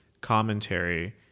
commentary